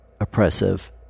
oppressive